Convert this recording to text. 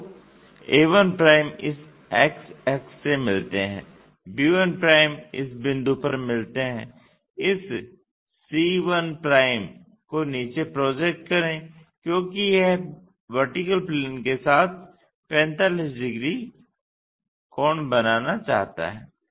तो a1 इस x अक्ष से मिलते हैं b1 इस बिंदु पर मिलते हैं इस c1 को नीचे प्रोजेक्ट करें क्योंकि यह VP के साथ 45 डिग्री बनाना चाहता है